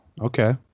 okay